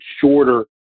shorter